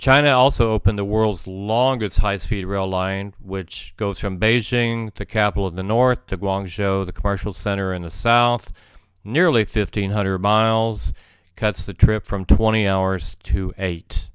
china also opened the world's longest high speed rail line which goes from beijing to capital of the north to gong show the commercial center in the south nearly fifteen hundred miles cuts the trip from twenty hours to eight